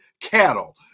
cattle